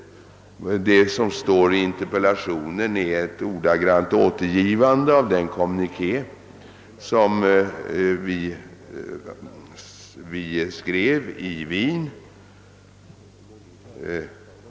Det som står i interpellationssvaret är ett ordagrant återgivande av den kommuniké som vi skrev i Wien.